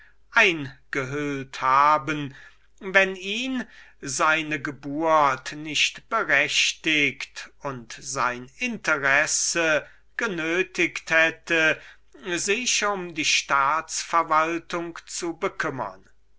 verbergen pflegen wenn ihn seine geburt nicht berechtiget und sein interesse genötiget hätte sich um die staats-verwaltung zu bekümmern